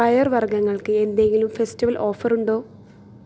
പയർവർഗ്ഗങ്ങൾക്ക് എന്തെങ്കിലും ഫെസ്റ്റിവൽ ഓഫറുണ്ടോ